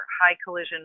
high-collision